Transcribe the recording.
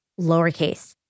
lowercase